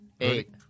Eight